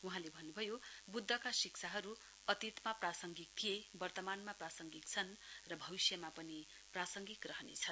वहाँले भन्नुभयो बुद्धका शिक्षाहरू अतीतमा प्रांसगिक थिए वर्तमानमा प्रासङ्गिक छन् र भविष्यमा पनि प्रासङ्गिक रहनेछ